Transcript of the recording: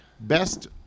Best